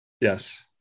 Yes